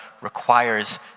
requires